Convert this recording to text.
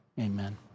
Amen